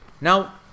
now